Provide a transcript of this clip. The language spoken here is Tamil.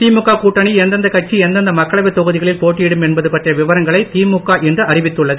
திமுக கூட்டணியில் எந்தெந்தக் கட்சி எந்தெந்த மக்களவை தொகுதிகளில் போட்டியிடும் என்பது பற்றிய விவரங்களை திமுக இன்று அறிவித்துள்ளது